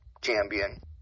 champion